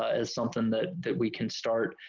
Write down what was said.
ah is something that that we can start,